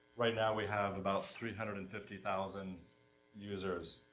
right now we have about three hundred and fifty thousand users